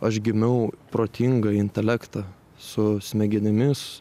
aš gimiau protingą intelektą su smegenimis